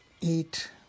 eat